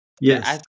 Yes